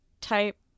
type